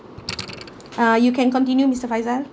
uh you can continue mister faizal